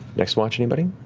next watch, anybody?